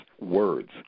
words